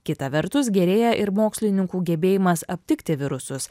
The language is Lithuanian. kita vertus gerėja ir mokslininkų gebėjimas aptikti virusus